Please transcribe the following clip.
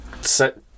set